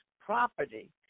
property